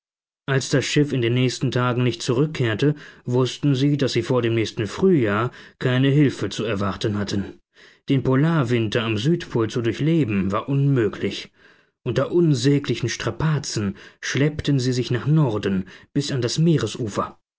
als das schiff in den nächsten tagen nicht zurückkehrte wußten sie daß sie vor dem nächsten frühjahr keine hilfe zu erwarten hatten den polarwinter am südpol zu durchleben war unmöglich unter unsäglichen strapazen schleppten sie sich nach norden bis an das meeresufer